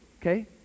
Okay